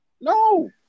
No